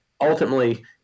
Ultimately